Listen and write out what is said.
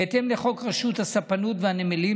בהתאם לחוק רשות הספנות והנמלים,